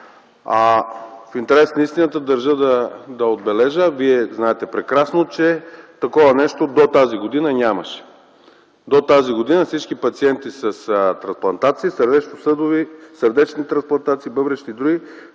В интерес на истината, дължа да отбележа, Вие знаете прекрасно, че такова нещо до тази година нямаше. До тази година всички пациенти с трансплантация – сърдечносъдови, сърдечни трансплантации, бъбречни и други,